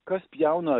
kas pjauna